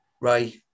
Ray